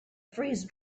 freeze